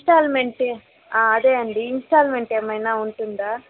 instalment అదే అండి installment ఏమైనా ఉంటుందా